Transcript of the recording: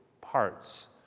parts